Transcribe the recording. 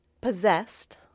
possessed